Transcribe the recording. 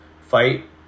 fight